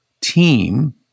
team